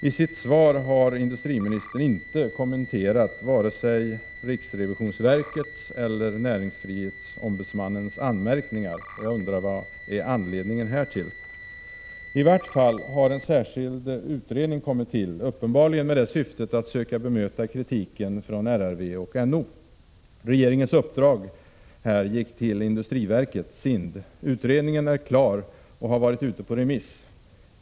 I sitt svar har industriministern inte kommenterat vare sig riksrevisionsverkets eller näringsfrihetsombudsmannens anmärkningar. Vad är anledningen härtill? I vart fall har en särskild utredning kommit till — uppenbarligen med det syftet att söka bemöta kritiken från RRV och NO. Regeringens uppdrag gick till industriverket, SIND. Utredningen är klar och har varit ute på remiss.